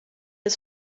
des